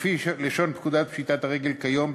לפי לשון פקודת פשיטת הרגל כיום,